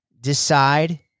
decide